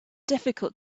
difficult